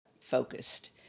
focused